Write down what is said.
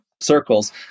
circles